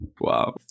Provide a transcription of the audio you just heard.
Wow